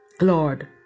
Lord